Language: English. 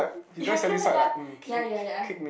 ya ya ya ya ya ya